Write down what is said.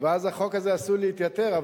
ואז החוק הזה עשוי להתייתר.